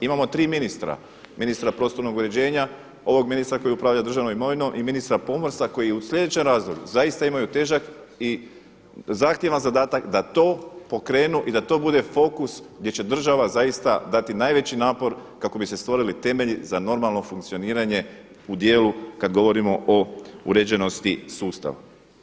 Imamo 3 ministra, ministra prostornog uređenja, ovog ministar koji upravlja državnom imovinom i ministra pomorstva koji u slijedećem razdoblju zaista imaju težak i zahtjevan zadatak da to pokrenu i da to bude fokus gdje će država zaista dati najveći napor kako bi se stvorili temelji za normalno funkcioniranje u dijelu kad govorimo o uređenosti sustava.